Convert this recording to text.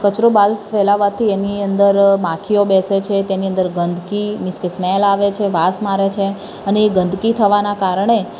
કચરો બહાર ફેલાવાથી એની અંદર માખીઓ બેસે છે તેની અંદર ગંદકી મીન્સ કે સ્મૅલ આવે છે વાસ મારે છે અને એ ગંદકી થવાના કારણે